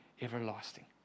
everlasting